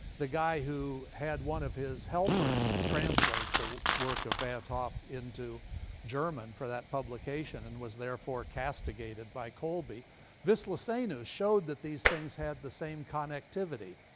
the guy who had one of his helpers translate the work of van't hoff into german for that publication and was therefore castigated by kolbe wislicenus showed that these things had the same connectivity,